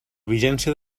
vigència